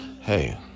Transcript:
Hey